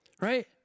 Right